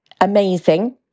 amazing